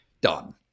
done